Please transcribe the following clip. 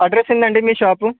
address ఎంటండి మీ shop